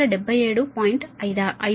56 22